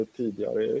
tidigare